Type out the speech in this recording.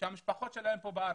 שהמשפחות שלהם כאן בארץ,